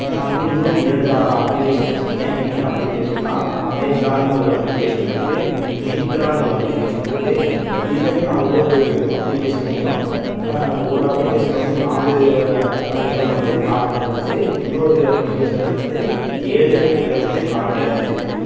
நான் வந்து இன்னும் இரண்டாது அப்ளிகேஷன் வச்சுருக்கேன் என்னென்ன அப்ளிகேஷன்னா அமேசான்னு ஒரு அப்ளிகேஷன் இருக்குது மின்ட்ரான்னு ஒரு அப்ளிகேஷன் இருக்குது இதுலேயும் நான் ஒவ்வொரு அப்ளிகேஷன்லேயும் ஒரு அப்ளிகேஷனில் வந்து நாலு ஐட்டம் வந்து கார்டில் இருந்துச்சு இன்னொரு அப்ளிகேஷனில் வந்து ஏழு ஐட்டம் வந்து கார்டில் இருந்துச்சு